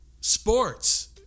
sports